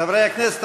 חברי הכנסת,